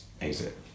exit